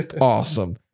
Awesome